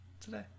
today